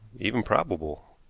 even probable,